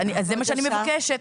זה מה שאני מבקשת.